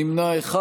נמנע אחד.